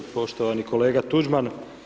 Poštovani kolega Tuđman.